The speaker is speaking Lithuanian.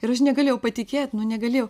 ir aš negalėjau patikėt negalėjau